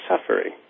suffering